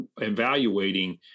evaluating